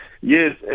Yes